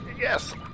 yes